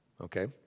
okay